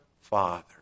Father